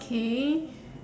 okay